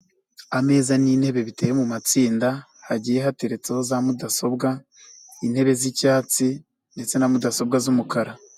Ameza n'intebe biteye mu matsinda, hagiye hateretseho za mudasobwa, intebe z'icyatsi ndetse na mudasobwa z'umukara.